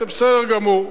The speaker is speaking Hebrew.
זה בסדר גמור.